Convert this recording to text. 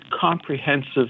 comprehensive